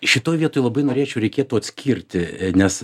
šitoj vietoj labai norėčiau reikėtų atskirti nes